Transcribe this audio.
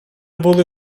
були